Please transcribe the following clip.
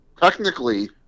Technically